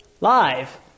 Live